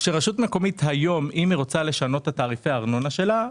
אם רשות מקומית רוצה לשנות את תעריפי הארנונה שלה,